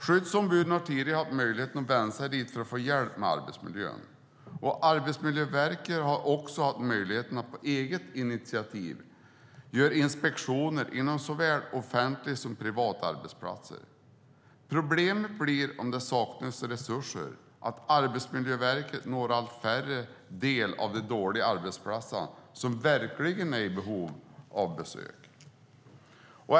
Skyddsombuden har tidigare haft möjligheten att vända sig dit för att få hjälp med arbetsmiljön. Arbetsmiljöverket har också haft möjligheten att på eget initiativ göra inspektioner på såväl offentliga som privata arbetsplatser. Problemet blir, om det saknas resurser, att Arbetsmiljöverket når allt färre av de dåliga arbetsplatserna som verkligen är i behov av besök.